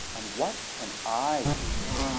and what can i do?